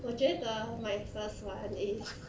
我觉得 my first [one] is